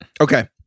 Okay